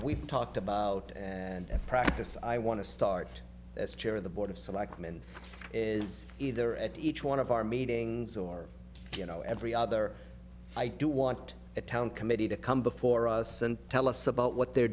we've talked about and practice i want to start as chair of the board of selectmen is either at each one of our meetings or you know every other i do want a town committee to come before us and tell us about what they're